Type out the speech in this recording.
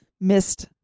missed